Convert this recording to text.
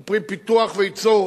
הוא פרי פיתוח וייצור